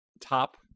top